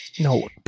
No